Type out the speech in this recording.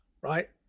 right